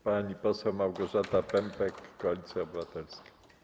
Pani poseł Małgorzata Pępek, Koalicja Obywatelska.